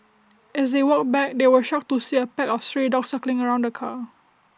as they walked back they were shocked to see A pack of stray dogs circling around the car